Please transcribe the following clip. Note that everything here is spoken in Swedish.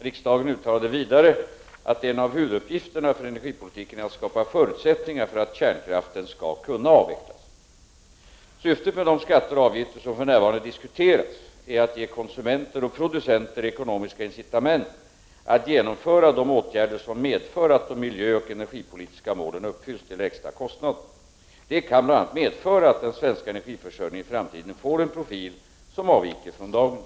Riksdagen uttalade vidare att en av huvuduppgifterna för energipolitiken är att skapa förutsättningar för att kärnkraften skall kunna avvecklas. Syftet med de skatter och avgifter som för närvarande diskuteras är att ge konsumenter och producenter ekonomiska incitament att genomföra de åtgärder som medför att de miljöoch energipolitiska målen uppfylls till lägsta kostnad. Detta kan bl.a. medföra att den svenska energiförsörjningen i framtiden får en profil som avviker från dagens.